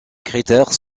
critères